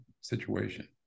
situation